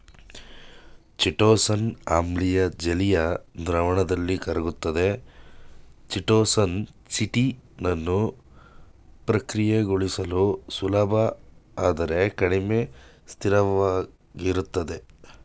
chitosan ಆಮ್ಲೀಯ ಜಲೀಯ ದ್ರಾವಣದಲ್ಲಿ ಕರಗ್ತದೆ ಚಿಟೋಸಾನ್ ಚಿಟಿನನ್ನು ಪ್ರಕ್ರಿಯೆಗೊಳಿಸಲು ಸುಲಭ ಆದರೆ ಕಡಿಮೆ ಸ್ಥಿರವಾಗಿರ್ತದೆ